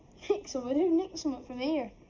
nick somewhat? who nicks somewhat from here?